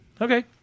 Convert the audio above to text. Okay